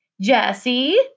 Jesse